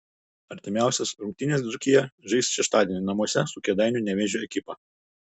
artimiausias rungtynes dzūkija žais šeštadienį namuose su kėdainių nevėžio ekipa